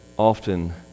Often